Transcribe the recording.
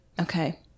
Okay